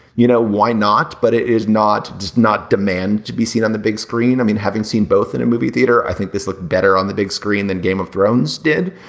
you know why not. but it is not does not demand to be seen on the big screen. i mean having seen both in a movie theater i think this looks like better on the big screen than game of thrones did.